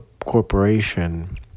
corporation